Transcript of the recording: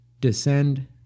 descend